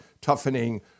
toughening